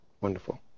wonderful